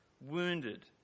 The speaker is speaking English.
wounded